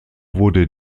wurde